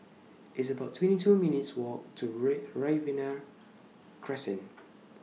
It's about twenty two minutes' Walk to Ray Riverina Crescent